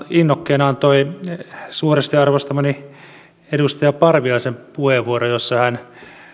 innokkeen antoi suuresti arvostamani edustaja parviaisen puheenvuoro jossa hän